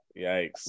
Yikes